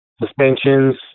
suspensions